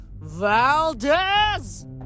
Valdez